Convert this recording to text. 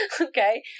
Okay